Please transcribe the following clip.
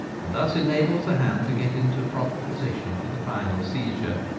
and thus enables the hand to get into proper position for the final seizure.